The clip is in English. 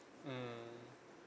mmhmm